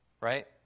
right